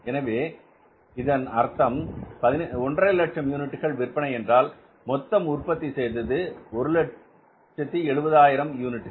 எனவே இதன் அர்த்தம் 150000 யூனிட்டுகள் விற்பனை என்றால் மொத்தம் உற்பத்தி செய்தது 170000 யூனிட்டுகள்